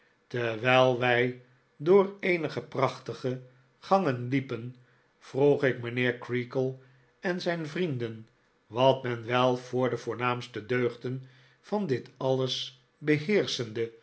terwijl wij door eenige prachtige gangen liepen vroeg ik mijnheer creakle en zijn vrienden wat men wel voor de voornaamste deugden van dit alles beheerschende